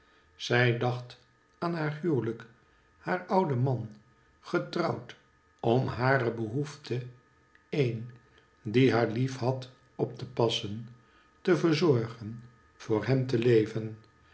zij dacht aan haar huwelijk haar ouden man getrouwd om hare behoefte een die haar lief had op te passen te verzorgen voor hem te leven